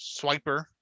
Swiper